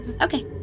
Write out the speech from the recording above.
Okay